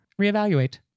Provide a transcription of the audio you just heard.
Reevaluate